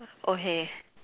okay